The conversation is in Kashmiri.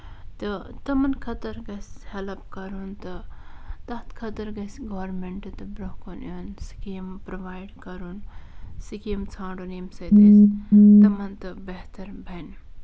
تہٕ تِمَن خٲطٔر گژھِ ہیٚلٔپ کَرُن تہٕ تَتھ خٲطرٕ گژھِ گورمینٹہٕ تہِ برٛونٛہہ کُن یُن سِکیٖم پرٛوایِڈ کَرُن سِکیٖم ژَھانٛڈُن ییٚمہِ سۭتۍ أسۍ تِم تہِ بہتر بَنہِ